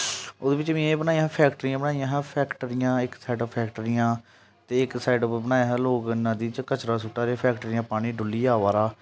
ओह्दे बिच में एह् बनाया हा फैक्ट्रियां बनाइयां हियां फैक्ट्रियां इक साइड उप्पर फैक्ट्रियां ते इक साइड उप्पर बनाया हा लोक नदी च कचरा सुट्टा दे फैक्ट्रियां पानी डु'ल्लियै आवा दा